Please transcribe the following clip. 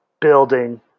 building